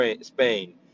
Spain